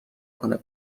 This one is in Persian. کنه